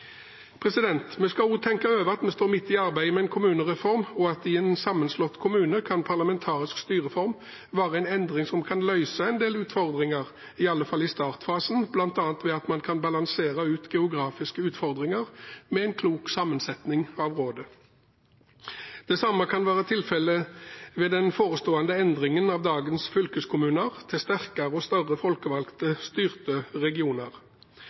Vi skal også tenke over at vi står midt i arbeidet med en kommunereform, og at i en sammenslått kommune kan parlamentarisk styreform være en endring som kan løse en del utfordringer i alle fall i startfasen, bl.a. ved at man kan balansere ut geografiske utfordringer med en klok sammensetning av rådet. Det samme kan være tilfellet ved den forestående endringen av dagens fylkeskommuner til sterkere og større folkevalgt styrte regioner.